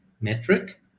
metric